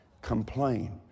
complain